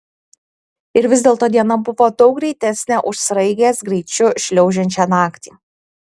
ir vis dėlto diena buvo daug greitesnė už sraigės greičiu šliaužiančią naktį